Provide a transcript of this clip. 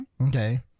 Okay